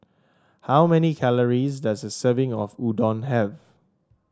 how many calories does a serving of Udon have